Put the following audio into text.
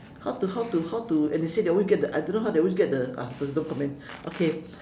how to how to how to initiate they always get the I don't know how they always get the ah don't comment okay